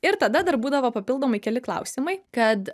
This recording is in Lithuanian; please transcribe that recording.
ir tada dar būdavo papildomai keli klausimai kad